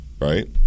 right